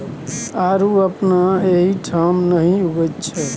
आड़ू अपना एहिठाम नहि उगैत छै